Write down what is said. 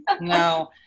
No